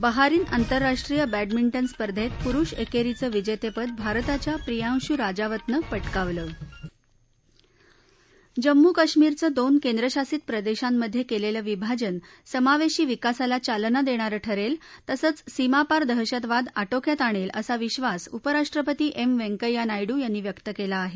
Bahrain आंतरराष्ट्रीय badminton स्पर्धेत पुरुष एकेरीचं विजेतेपद भारताच्या प्रियांशु राजावतनं पटकावलं जम्मू कश्मीरचं दोन केंद्रशासित प्रदेशांमधे केलेलं विभाजन समावेशी विकासाला चालना देणारं ठरेल तसंच सीमापार दहशतवाद आटोक्यात आणेल असा विश्वास उपराष्ट्रपती एम व्यंकय्या नायडू यांनी व्यक्त केला आहे